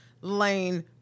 lane